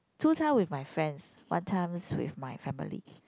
two time with my friends one time with my family